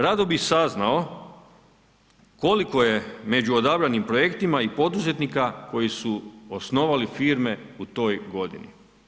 Rado bih saznao koliko je među odabranim projektima i poduzetnika koji su osnovali firme u toj godini.